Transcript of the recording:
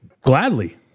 Gladly